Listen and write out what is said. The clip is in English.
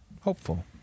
hopeful